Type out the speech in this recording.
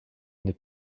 n’est